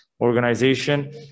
organization